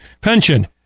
pension